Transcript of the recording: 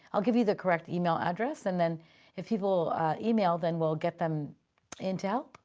i'll give you the correct email address. and then if people email, then we'll get them into help.